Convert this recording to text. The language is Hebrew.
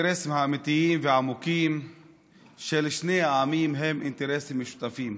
האמיתיים והעמוקים של שני העמים הם אינטרסים משותפים.